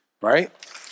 right